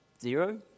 zero